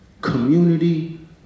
community